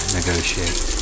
negotiate